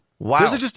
Wow